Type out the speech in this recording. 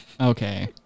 Okay